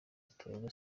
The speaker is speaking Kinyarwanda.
itorero